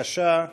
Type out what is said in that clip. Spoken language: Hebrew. התשע"ז